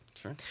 Sure